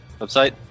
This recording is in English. website